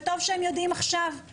וטוב שהם יודעים עכשיו.